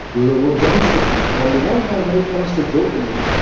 lower density. so on the one hand when it comes to dopamine,